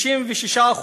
66%,